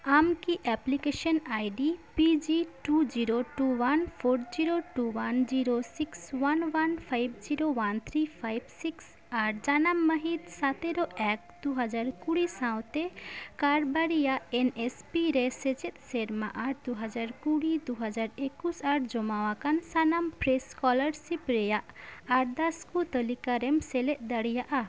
ᱟᱢᱠᱤ application ID P G two zero two one four zero two one zero six one one five zero one three five six ᱟᱨ ᱡᱟᱱᱟᱢ ᱦᱟᱹᱦᱤᱛ ᱥᱟᱛᱮᱨᱚ ᱮᱠ ᱫᱩᱦᱟᱡᱟᱨ ᱠᱩᱲᱤ ᱥᱟᱶᱛᱮ ᱠᱟᱨᱵᱟᱨᱤᱭᱟᱜ ᱮᱱ ᱮᱥ ᱯᱤ ᱨᱮ ᱥᱮᱪᱮᱫ ᱥᱮᱨᱢᱟ ᱟᱨ ᱫᱩᱦᱟᱡᱨ ᱠᱩᱲᱤ ᱫᱩᱦᱟᱡᱨ ᱮᱠᱩᱥ ᱟᱨ ᱡᱚᱢᱟᱣᱟᱠᱟᱱ ᱥᱟᱱᱟᱢ ᱯᱷᱨᱮᱥ ᱮᱥᱠᱚᱞᱟᱨᱥᱤᱯ ᱨᱮᱱᱟᱜ ᱟᱨᱫᱟᱥ ᱠᱚ ᱛᱟᱞᱤᱠᱟᱨᱮᱢ ᱥᱮᱞᱮᱫ ᱫᱟᱲᱮᱭᱟᱜᱼᱟ